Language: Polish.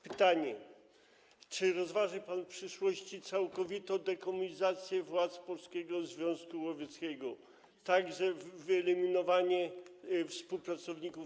Pytanie: Czy rozważy pan w przyszłości całkowitą dekomunizację władz Polskiego Związku Łowieckiego, także wyeliminowanie tajnych współpracowników?